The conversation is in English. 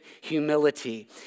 humility